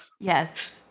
Yes